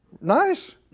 Nice